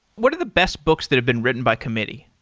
what are the best books that have been written by committee?